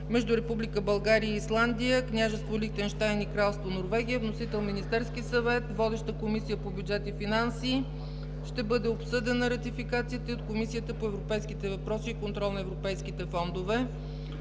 между Република България и Исландия, Княжество Лихтенщайн и Кралство Норвегия. Вносител – Министерският съвет. Водеща е Комисията по бюджет и финанси. Ратификацията ще бъде обсъдена и от Комисията по европейските въпроси и контрол на европейските фондове.